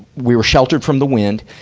we were sheltered from the wind.